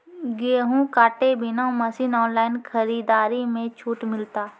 गेहूँ काटे बना मसीन ऑनलाइन खरीदारी मे छूट मिलता?